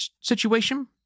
situation